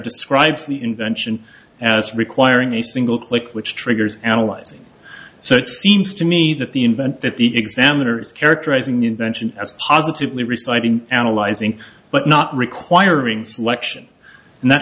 describes the invention as requiring a single click which triggers analyzing so it seems to me that the invent that the examiner is characterizing invention as positively reciting analyzing but not requiring selection and that